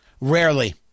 rarely